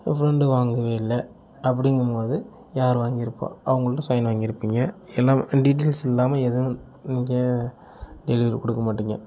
ஏன் ஃப்ரெண்டும் வாங்கவே இல்லை அப்படிங்கும்மோது யார் வாங்கி இருப்பா அவங்கள்ட்ட சைன் வாங்கி இருப்பிங்க எல்லாம் டீட்டெயில்ஸ் இல்லாம எதுவும் டெலிவரி கொடுக்க மாட்டிங்க